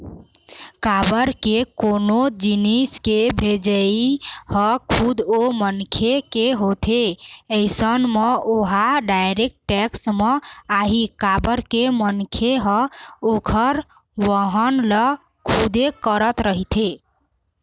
काबर के कोनो जिनिस के भेजई ह खुद ओ मनखे के होथे अइसन म ओहा डायरेक्ट टेक्स म आही काबर के मनखे ह ओखर वहन ल खुदे करत रहिथे